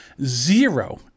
zero